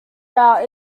route